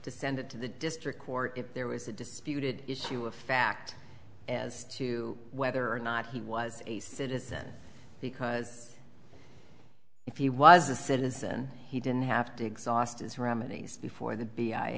descended to the district court if there was a disputed issue of fact as to whether or not he was a citizen because if he was a citizen he didn't have to exhaust his remedies before the